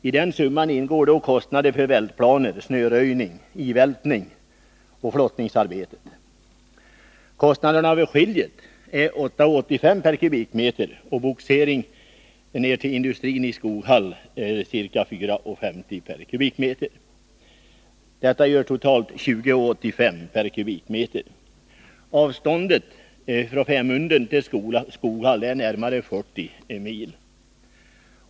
I den summan ingår då kostnader för vältplaner, snöröjning, ivältning och flottningsarbete. Kostnaden vid skiljet är 8:85 kr. m?. Detta gör totalt 20:85 kr./m?. Avståndet från Femunden till Skoghall är närmare 40 mil.